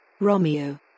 Romeo